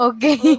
Okay